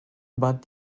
but